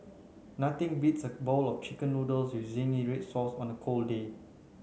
nothing beats a bowl of chicken noodles with zingy red sauce on a cold day